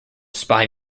spy